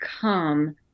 come